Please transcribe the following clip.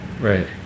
right